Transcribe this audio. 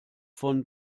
von